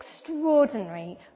extraordinary